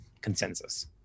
consensus